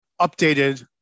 updated